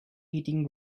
eating